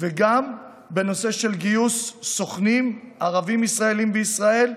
וגם בנושא של גיוס סוכנים ערבים-ישראלים בישראל,